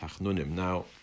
Now